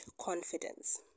confidence